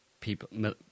people